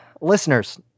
Listeners